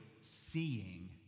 seeing